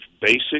basic